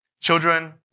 Children